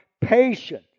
patient